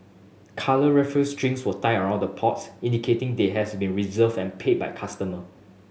coloured raffia strings were tied around the pots indicating they has been reserved and paid by customer